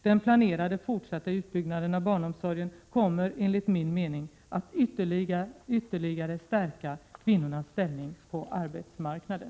Den planerade fortsatta utbyggnaden av barnomsorgen kommer enligt min mening att ytterligare stärka kvinnornas ställning på arbetsmarknaden.